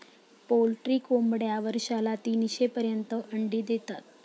poultry कोंबड्या वर्षाला तीनशे पर्यंत अंडी देतात